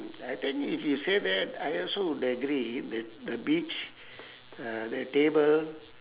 I think if you say that I also would agree that the beach uh the table